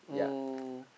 oh